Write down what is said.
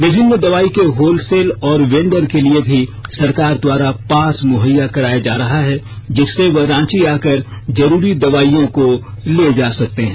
विभिन्न दवाई के होलसेल और वेंडर के लिए भी सरकार द्वारा पास मुहैया कराया जा रहा है जिससे वह रांची आकर जरूरी दवाइयों को ले जा सकते हैं